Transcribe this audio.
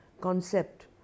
concept